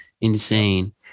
Insane